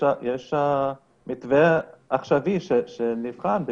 יש מתווה עכשווי שנבחן בימים אלה.